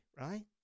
right